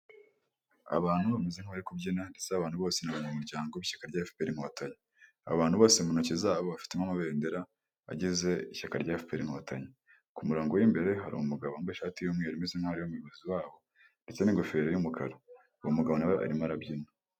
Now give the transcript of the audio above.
Abantu bameze nk'abari kubyina, ndetse aba bantu bose ni abanyamuryango w'ishyaka rya FPR inkotanyi, aba bantu bose mu ntoki zabo bafitemo amabendera agize ishyaka rya FPR inkotanyi, ku murongo w'imbere hari umugabo wambaye ishati y'umweru umeze nk'aho ari we muyobozi wabo, ndetse n'ingofero y'umukara, uwo mugabo na we arimo arabyina.